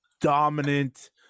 dominant